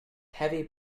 heavy